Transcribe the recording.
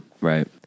right